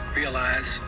realize